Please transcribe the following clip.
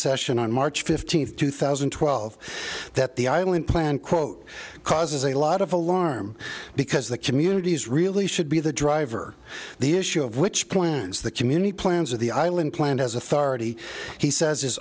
session on march fifteenth two thousand and twelve that the island plan quote causes a lot of alarm because the communities really should be the driver the issue of which plans the community plans of the island plan has authority he says